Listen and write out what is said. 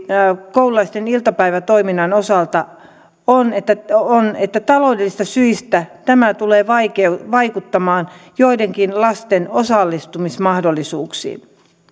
koululaisten iltapäivätoiminnan osalta on että taloudellisista syistä tämä tulee vaikuttamaan joidenkin lasten osallistumismahdollisuuksiin